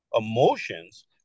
Emotions